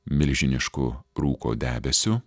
milžinišku rūko debesiu